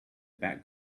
back